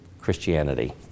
Christianity